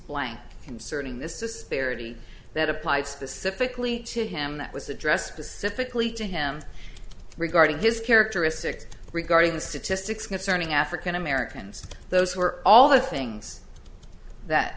blank concerning this disparity that applied specifically to him that was address specifically to him regarding his characteristics regarding the statistics concerning african americans those were all the things that